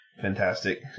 fantastic